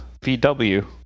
vw